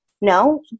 no